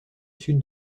sud